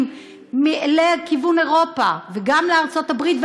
לכיוון אירופה וגם לארצות-הברית,